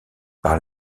par